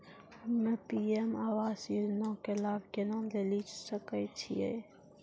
हम्मे पी.एम आवास योजना के लाभ केना लेली सकै छियै?